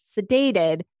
sedated